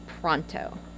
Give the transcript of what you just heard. Pronto